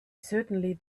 certainly